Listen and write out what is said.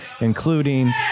including